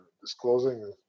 disclosing